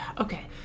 Okay